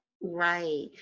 Right